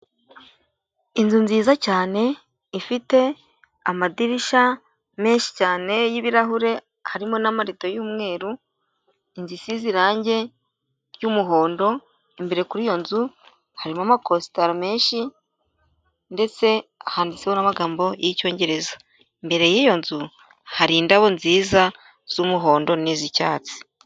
Inzu nziza cyane ifite amadirishya menshi cyane y'ibirahure harimo n'amarido y'umweru inzu isize irangi ry'umuhondo, imbere kuri iyo nzu harimo amakositara menshi ndetse handitseho n'amagambo y'icyongereza, imbere y'iyo nzu hari indabo nziza z'umuhondo n'iz'icyatsi.